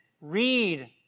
read